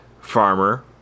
farmer